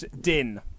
din